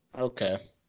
Okay